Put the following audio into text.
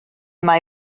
mae